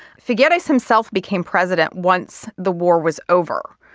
figueres himself became president once the war was over.